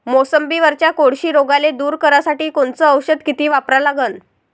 मोसंबीवरच्या कोळशी रोगाले दूर करासाठी कोनचं औषध किती वापरा लागन?